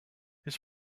his